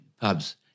pubs